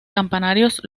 campanarios